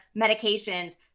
medications